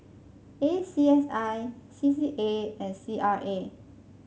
A C S I C C A and C R A